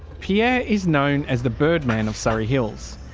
pierre is known as the birdman of surry hills.